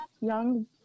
young